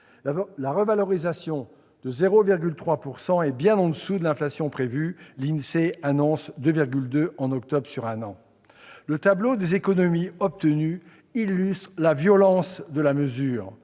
L'augmentation de 0,3 % est bien au-dessous de l'inflation prévue : l'INSEE annonce 2,2 % en octobre sur un an. Le tableau des économies obtenues illustre la violence de ces